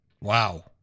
Wow